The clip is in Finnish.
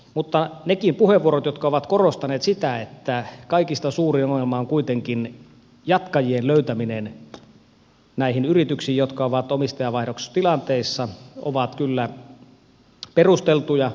mutta nekin puheenvuorot jotka ovat korostaneet sitä että kaikista suurin ongelma on kuitenkin jatkajien löytäminen näihin yrityksiin jotka ovat omistajanvaihdostilanteissa ovat kyllä perusteltuja